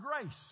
grace